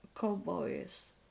cowboys